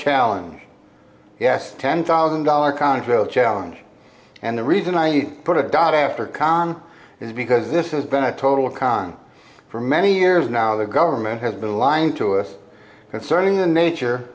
challenge yes ten thousand dollar contrail challenge and the reason i put a dot after con is because this has been a total con for many years now the government has been lying to us concerning the nature